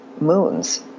moons